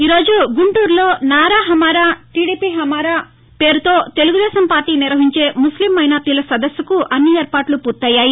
ఈరోజు గుంటూరులో నారా హమారా టీడీపీ హమారా పేరుతో తెలుగుదేశం పార్టీ నిర్వహించే ముస్లిం మైనారిటీల సదస్సుకు అన్ని ఏర్పాట్లు పూర్తయ్యాయి